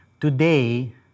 Today